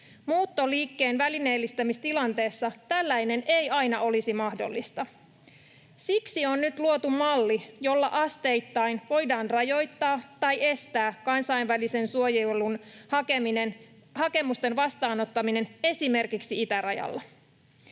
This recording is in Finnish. Muuttoliikkeen välineellistämistilanteessa tällainen ei aina olisi mahdollista. Siksi on nyt luotu malli, jolla asteittain voidaan rajoittaa kansainvälisen suojelun hakemusten vastaanottamista esimerkiksi itärajalla